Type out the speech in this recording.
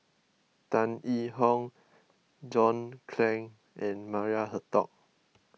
Tan Yee Hong John Clang and Maria Hertogh